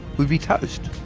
we'd be toast.